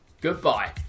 goodbye